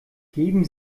geben